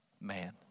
man